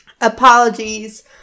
apologies